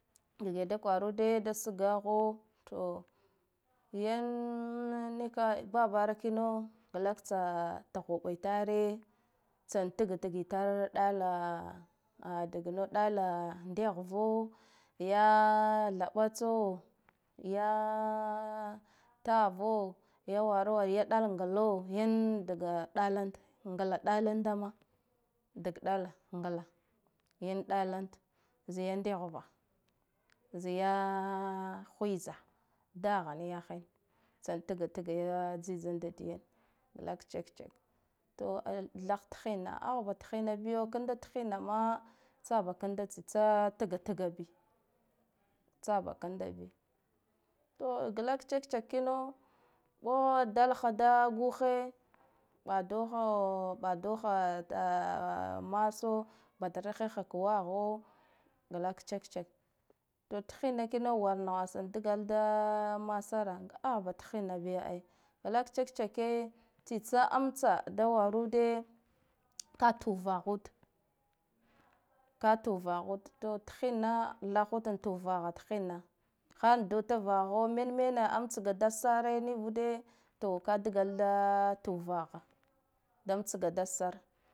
Dage da kwarude da sgaho to yan babaro kino galak tsa tuhubi tare tsa tga tgitare ɗala dehura, ya labatso ya tavo ya waraure ya ɗal nglo yan daga dalanda ngla ɗalandama dag dala ngla, yan ɗaland za yan dehuva zai ya hwiza dahan yahand tsa tga tga ya tsi tsanda glak check check, to thah thinna ahba thinna biyo kanda hinna ma tsaba kanda tsitsa tgatga bi tsabakanda bi to galak check checke un dalaha da guha badoha maso batar heha ka waho glak check-checke wek thinna kino war naha dgala da mate ra ahba thinna bi ai glak tsa check checke tsitsa amtsa da warude ka tuhvud, ka tuh vand to thinna thab hud tuh vaha thinna kando davaho men mena amtso ga dad sare nivude to ka dgalada tu vah da amtsga dadsar.